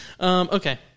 Okay